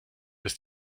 ist